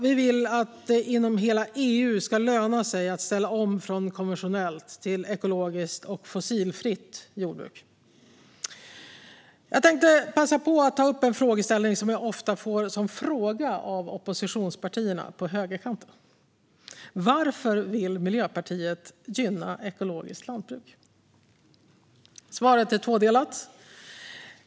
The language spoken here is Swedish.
Vi vill att det inom hela EU ska löna sig att ställa om från konventionellt till ekologiskt och fossilfritt jordbruk. Jag tänkte passa på att ta upp en fråga som jag ofta får av oppositionspartierna på högerkanten: Varför vill Miljöpartiet gynna ekologiskt lantbruk? Svaret är tvådelat.